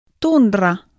Tundra